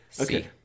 Okay